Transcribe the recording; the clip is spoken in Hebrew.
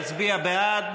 יצביע בעד,